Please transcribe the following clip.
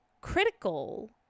critical